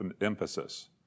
emphasis